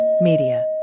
Media